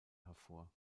hervor